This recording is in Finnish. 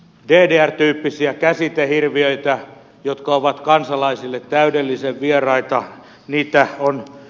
ddr tyyppisiä käsitehirviöitä jotka ovat kansalaisille täydellisen vieraita on lisätty